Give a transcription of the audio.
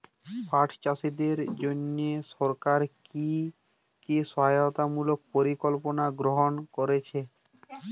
পাট চাষীদের জন্য সরকার কি কি সহায়তামূলক পরিকল্পনা গ্রহণ করেছে?